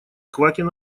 квакин